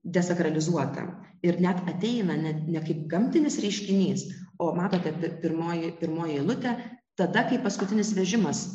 desakralizuota ir net ateina net ne kaip gamtinis reiškinys o matote pirmoji pirmoji eilutė tada kai paskutinis vežimas